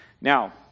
Now